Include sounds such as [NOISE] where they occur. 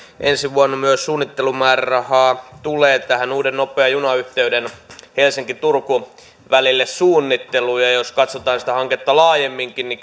ensi vuonna myös suunnittelumäärärahaa tulee uuden nopean junayhteyden suunnitteluun helsinki turku välille ja jos katsotaan sitä hanketta laajemminkin niin [UNINTELLIGIBLE]